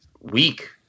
week